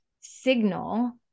signal